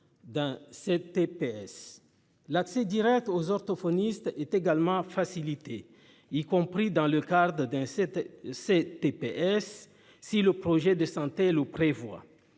L'accès Direct aux orthophonistes. Également facilité, y compris dans le carde d'un set c'est TPS, si le projet de santé prévoit.